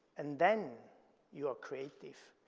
and then you are creative.